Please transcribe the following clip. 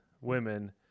women